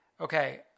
Okay